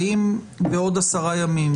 בעוד עשרה ימים,